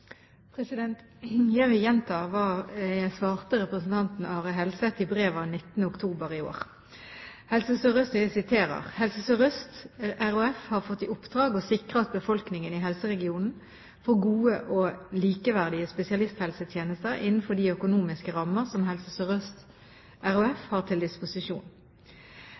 Jeg vil gjenta hva jeg svarte representanten Are Helseth i brev av 19. oktober i år: «Helse Sør-Øst RHF har fått i oppdrag å sikre at befolkningen i helseregionen får gode og likeverdige spesialisthelsetjenester innenfor de økonomiske rammer som Helse Sør-Øst RHF har til disposisjon.